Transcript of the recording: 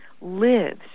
lives